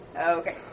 Okay